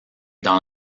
dans